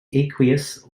aqueous